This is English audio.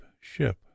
ship